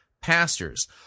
Pastors